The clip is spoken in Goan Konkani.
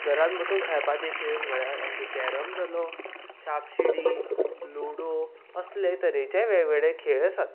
घरांत बसून खेळपाचे खेळ म्हळ्यार आमचे कॅरम जालो शाप शिडी लुडो असले तरेचे वेगवेगळे खेळ आसात